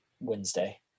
Wednesday